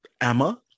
Emma